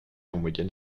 moyenne